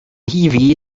hiwi